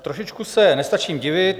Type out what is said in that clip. Trošičku se nestačím divit.